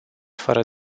fără